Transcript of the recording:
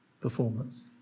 performance